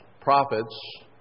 prophets